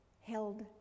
held